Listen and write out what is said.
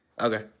Okay